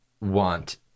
want